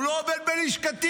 הוא לא עובד בלשכתי,